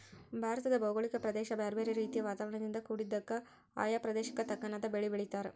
ಭಾರತದ ಭೌಗೋಳಿಕ ಪ್ರದೇಶ ಬ್ಯಾರ್ಬ್ಯಾರೇ ರೇತಿಯ ವಾತಾವರಣದಿಂದ ಕುಡಿದ್ದಕ, ಆಯಾ ಪ್ರದೇಶಕ್ಕ ತಕ್ಕನಾದ ಬೇಲಿ ಬೆಳೇತಾರ